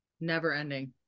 Never-ending